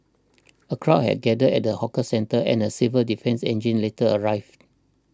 a crowd had gathered at the hawker centre and a civil defence engine later arrived